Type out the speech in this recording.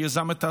שיזם את ההצעה,